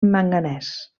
manganès